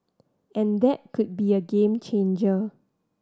and that could be a game changer